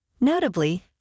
Notably